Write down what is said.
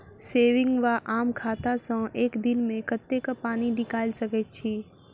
Saving वा आम खाता सँ एक दिनमे कतेक पानि निकाइल सकैत छी?